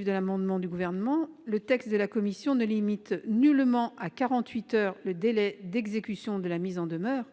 de l'amendement du Gouvernement, le texte de la commission ne limite nullement à quarante-huit heures le délai d'exécution de la mise en demeure.